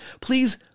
please